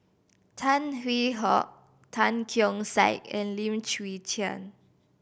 Tan Hwee Hock Tan Keong Saik and Lim Chwee Chian